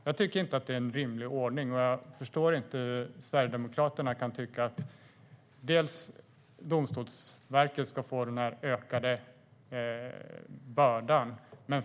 Jag tycker inte att det är en rimlig ordning, och jag förstår inte hur Sverigedemokraterna kan tycka att Domstolsverket ska få den ökade bördan.